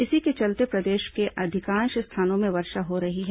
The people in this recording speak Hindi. इसी के चलते प्रदेश के अधिकांश स्थानों में वर्षा हो रही है